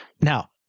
Now